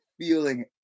feeling